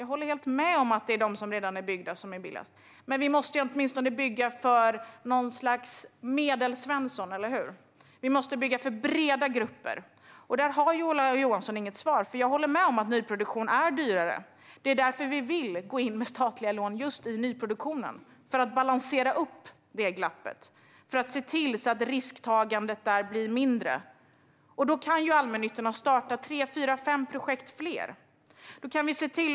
Jag håller helt med om att det är de som redan är byggda som är billigast. Men vi måste åtminstone bygga för något slags medelsvensson, eller hur? Vi måste bygga för breda grupper. Där har Ola Johansson inget svar. Jag håller med om att nyproduktion är dyrare. Det är därför som vi vill gå in med statliga lån just i nyproduktionen, för att balansera upp detta glapp och för att se till att risktagandet där blir mindre. Då kan allmännyttan ha startat tre, fyra eller fem fler projekt.